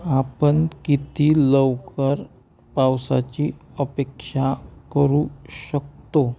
आपण किती लवकर पावसाची अपेक्षा करू शकतो